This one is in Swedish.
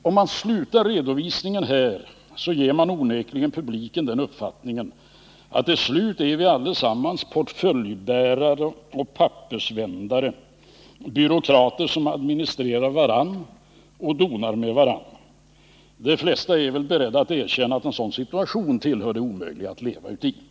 Slutar man redovisningen här ger man onekligen åhörarna uppfattningen att vi alla till slut är portföljbärare och pappersvändare — byråkrater som administrerar varandra och donar med varandra. De flesta är väl beredda att erkänna att en sådan situation är omöjlig att leva i.